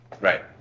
Right